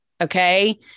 okay